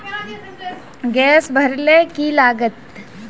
Gas भरले की लागत?